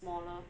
smaller